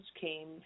came